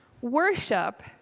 worship